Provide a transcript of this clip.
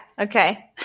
Okay